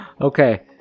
Okay